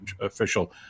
official